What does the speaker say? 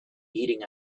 heating